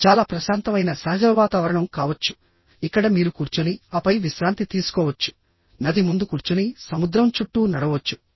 ఇది చాలా ప్రశాంతమైన సహజ వాతావరణం కావచ్చు ఇక్కడ మీరు కూర్చుని ఆపై విశ్రాంతి తీసుకోవచ్చు నది ముందు కూర్చుని సముద్రం చుట్టూ నడవవచ్చు